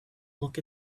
look